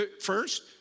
first